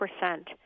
percent